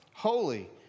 Holy